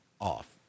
off